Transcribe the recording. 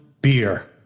beer